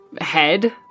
head